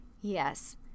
Yes